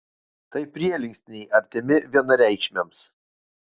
tai prielinksniai artimi vienareikšmiams